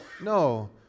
No